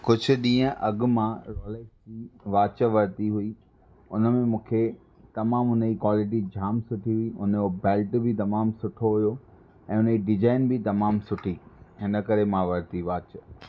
कुझु ॾींह अॻु मां वॉच वरती हुई हुन में मूंखे तमामु हुन जी क़्वालिटी जाम सुठी हुई हुन जो बेल्ट बि तमामु सुठो हुयो ऐं हुनजि डिज़ाइन बि तमामु सुठी हिन करे मां वरती वॉच